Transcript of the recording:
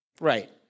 Right